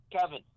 Kevin